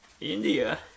India